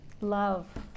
Love